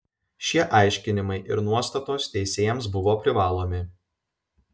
šie aiškinimai ir nuostatos teisėjams buvo privalomi